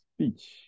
Speech